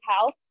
House